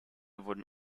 wurden